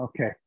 Okay